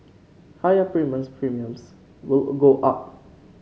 higher premiums Premiums will go up